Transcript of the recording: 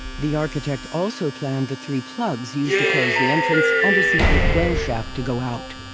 the architect also planned the three plugs used to close the entrance and a secret well shaft to go out.